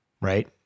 right